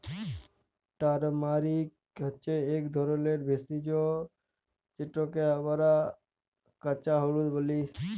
turmeric হছে ইক ধরলের ভেষজ যেটকে আমরা কাঁচা হলুদ ব্যলি